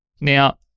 Now